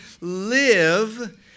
live